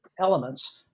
elements